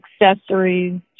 accessories